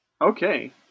Okay